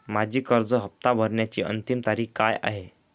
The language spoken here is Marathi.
माझी कर्ज हफ्ता भरण्याची अंतिम तारीख काय आहे?